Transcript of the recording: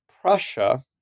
Prussia